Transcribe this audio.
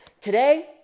Today